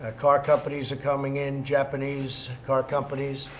ah car companies are coming in japanese car companies,